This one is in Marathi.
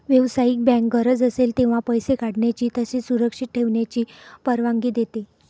व्यावसायिक बँक गरज असेल तेव्हा पैसे काढण्याची तसेच सुरक्षित ठेवण्याची परवानगी देते